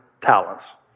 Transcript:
talents